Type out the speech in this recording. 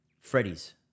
Freddy's